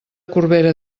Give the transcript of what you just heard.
corbera